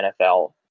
NFL